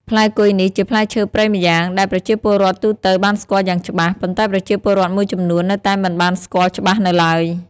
ផ្លែគុយនេះ ជាផ្លែឈើព្រៃម្យ៉ាង ដែលប្រជាពលរដ្ឋទូទៅបានស្គាល់យ៉ាងច្បាស់ ប៉ុន្តែប្រជាពលរដ្ឋមួយចំនួននៅតែមិនបានស្គាល់ច្បាស់នៅឡើយ។